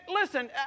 listen